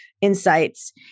insights